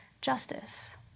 justice